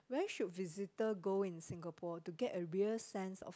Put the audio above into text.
where should visitor go in Singapore to get a real sense of the